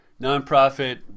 nonprofit